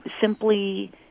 simply